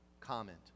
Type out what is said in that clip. comment